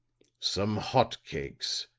some hot cakes,